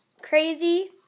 Crazy